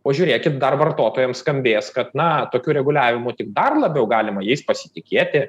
o žiūrėkit dar vartotojams skambės kad na tokiu reguliavimu tik dar labiau galima jais pasitikėti